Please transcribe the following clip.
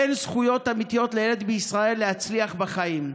אין זכויות אמיתיות לילד בישראל להצליח בחיים.